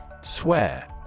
Swear